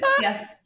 Yes